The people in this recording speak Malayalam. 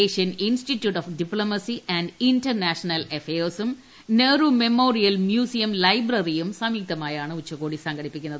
Asian Institute of Diplomacy and International അഫയേഴ്സും നെഹ്റു മെമ്മോറിയൽ മ്യൂസിയം ലൈബ്രറിയും സംയുക്തമായാണ് ഉച്ചകോടി സംഘടിപ്പിക്കുന്നത്